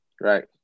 Right